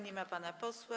Nie ma pana posła.